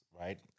right